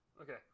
Okay